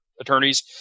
attorneys